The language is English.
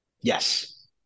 Yes